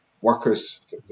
Workers